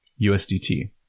usdt